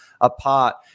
apart